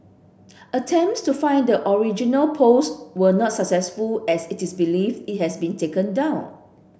attempts to find the original post were not successful as it is believed it has been taken down